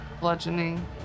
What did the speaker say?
bludgeoning